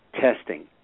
testing